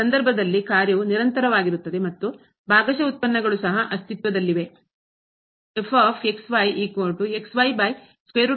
ಈ ಸಂದರ್ಭದಲ್ಲಿ ಕಾರ್ಯವು ನಿರಂತರವಾಗಿರುತ್ತದೆ ಮತ್ತು ಭಾಗಶಃ ಉತ್ಪನ್ನಗಳು ಸಹ ಅಸ್ತಿತ್ವದಲ್ಲಿವೆ